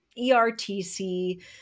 ERTC